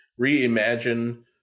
reimagine